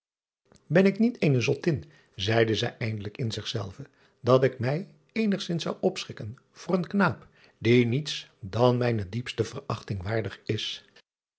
en ik niet eene zottin zeide zij eindelijk in zich zelve dat ik mij eenigzins zou opschikken voor een knaap die niets dan mijne diepste verachting waardig is